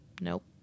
Nope